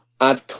add